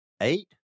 eight